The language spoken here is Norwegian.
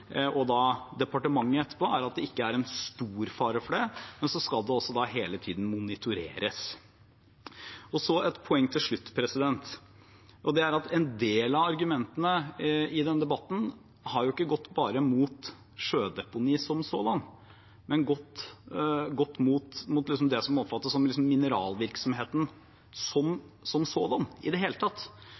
Miljødirektoratet og departementet etterpå er at det ikke er stor fare for det. Men så skal det også hele tiden monitoreres. Så et poeng til slutt, og det er at en del av argumentene i debatten ikke har gått bare mot sjødeponi som sådant, det har også gått mot det som oppfattes som mineralvirksomheten som sådan, i det hele tatt.